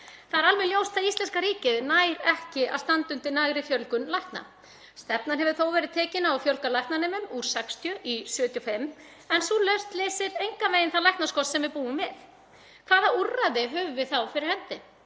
Það er alveg ljóst að íslenska ríkið nær ekki að standa undir nægri fjölgun lækna. Stefnan hefur þó verið tekin á að fjölga læknanemum úr 60 í 75 en sú lausn leysir engan veginn þann læknaskorts sem við búum við. Hvaða úrræði höfum við þá fyrir hendi?